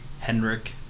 Henrik